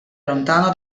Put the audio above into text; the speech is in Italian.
lontano